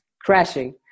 crashing